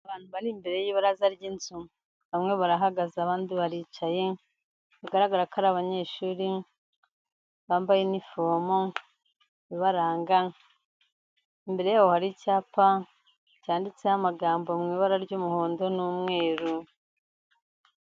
Abantu bari imbere y'ibaraza ry'inzu, bamwe barahagaze abandi baricaye, bigaragara ko ari abanyeshuri bambaye inifomu ibaranga, imbere yabo hari icyapa cyanditseho amagambo mu ibara ry'umuhondo n'umweru.